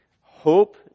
Hope